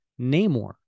Namor